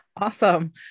Awesome